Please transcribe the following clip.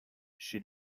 chez